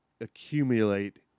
accumulate